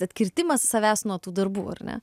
atkirtimas savęs nuo tų darbų ar ne